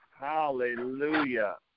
hallelujah